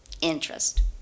Interest